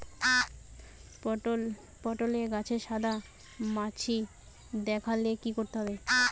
পটলে গাছে সাদা মাছি দেখালে কি করতে হবে?